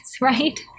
right